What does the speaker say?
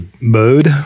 mode